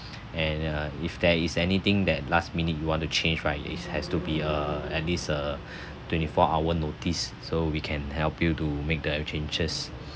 and uh if there is anything that last minute you want to change right it has to be a at least a twenty four hour notice so we can help you to make the changes